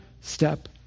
step